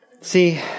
See